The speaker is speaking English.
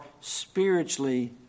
spiritually